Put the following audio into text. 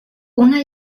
una